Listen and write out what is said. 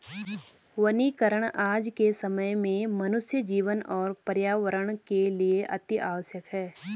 वनीकरण आज के समय में मनुष्य जीवन और पर्यावरण के लिए अतिआवश्यक है